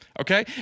okay